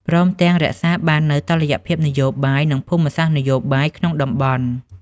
ព្រមទាំងរក្សាបាននូវតុល្យភាពនយោបាយ និងភូមិសាស្ត្រនយោបាយក្នុងតំបន់។